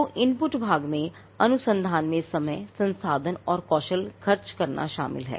तो इनपुट भाग में अनुसंधान में समय संसाधन और कौशल खर्च करना शामिल है